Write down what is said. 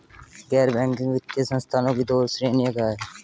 गैर बैंकिंग वित्तीय संस्थानों की दो श्रेणियाँ क्या हैं?